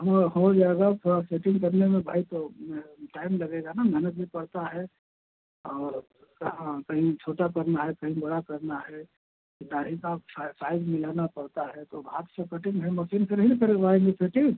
हाँ हो जाएगा थोड़ा सेटिंग करने में भाई तो टाइम लगेगा ना मेहनत भी पड़ता है और उसका हाँ कहीं छोटा करना है कहीं बड़ा करना है तो डाई का साइज मिलाना पड़ता है तो अब हाथ से कटिंग है मसीन से नहीं करवाएँगे कटिंग